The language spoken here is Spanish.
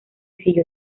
siguió